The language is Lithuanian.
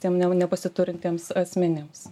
tiem ne nepasiturintiems asmenims